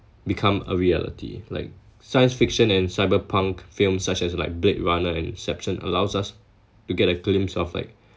become a reality like science fiction and cyber punk films such as like blade runner and inception allows us to get a glimpse of like